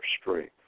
strength